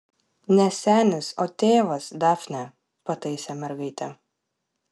ne senis o tėvas dafne pataisė mergaitę